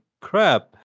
crap